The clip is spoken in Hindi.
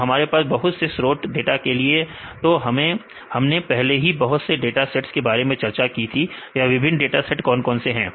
तो हमारे पास बहुत से स्रोत हैं डाटा के लिए तो हमने पहले ही बहुत से डाटा सेट्स के बारे में चर्चा की थी या विभिन्न डाटा सेट कौन कौन से हैं